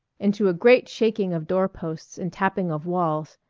and to a great shaking of doorposts and tapping of walls,